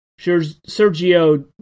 Sergio